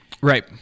right